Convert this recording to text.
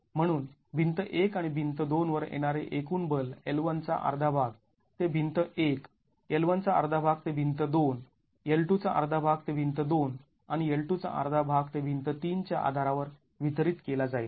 म्हणून भिंत १ आणि भिंत २ वर येणारे एकूण बल L 1 चा अर्धा भाग ते भिंत १ L 1 चा अर्धा भाग ते भिंत २ L 2 चा अर्धा भाग ते भिंत २ आणि L 2 चा अर्धा भाग ते भिंत ३ च्या आधारावर वितरीत केला जाईल